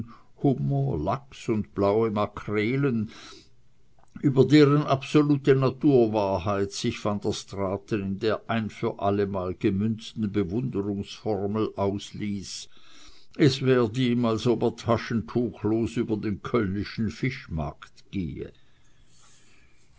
lachs und blaue makrelen über deren absolute naturwahrheit sich van der straaten in der ein für allemal gemünzten bewunderungsformel ausließ es werd ihm als ob er taschentuchlos über den cöllnischen fischmarkt gehe